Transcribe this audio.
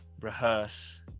rehearse